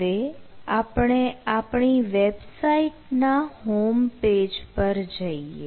હવે આપણે આપણી વેબસાઈટ ના હોમપેજ પર જઈએ